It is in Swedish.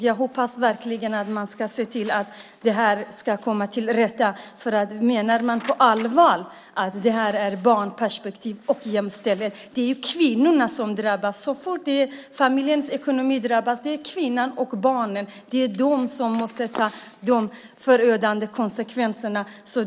Jag hoppas verkligen att man ser till att komma till rätta med det här. Menar man på allvar att det här är barnperspektiv och jämställdhet? Det är ju kvinnorna som drabbas. Så fort familjens ekonomi drabbas är det kvinnan och barnen som måste ta de förödande konsekvenserna.